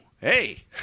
hey